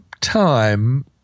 time